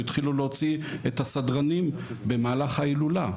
התחילו להוציא את הסדרנים במהלך ההילולה.